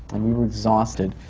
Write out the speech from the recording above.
and we were exhausted,